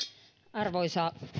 arvoisa